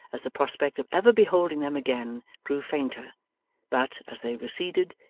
as the prospect of ever beholding them again grew fainter but, as they receded,